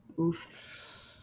Oof